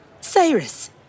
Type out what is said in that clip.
Cyrus